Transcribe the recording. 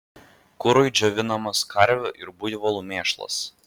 kurui džiovinamas karvių ir buivolų mėšlas